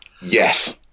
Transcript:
Yes